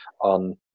on